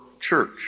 church